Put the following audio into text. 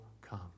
come